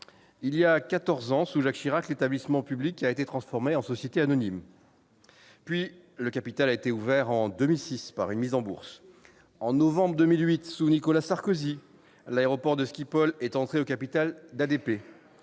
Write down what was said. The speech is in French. quatorze ans, sous Jacques Chirac, l'établissement public a été transformé en société anonyme. Puis le capital a été ouvert, en 2006, par une mise en bourse. En novembre 2008, sous Nicolas Sarkozy, le groupe Schiphol est entré au capital d'ADP.